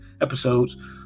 episodes